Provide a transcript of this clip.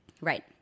Right